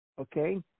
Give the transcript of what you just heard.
Okay